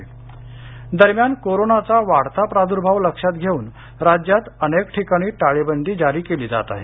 टाळेबंदी दरम्यान कोरोनाचा वाढता प्राद्र्भाव लक्षात घेऊन राज्यात अनेक ठिकाणी टाळेबंदी जारी केली जात आहे